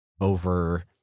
over